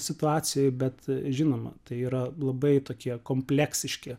situacijoj bet žinoma tai yra labai tokie kompleksiški